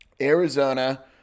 Arizona